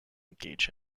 engage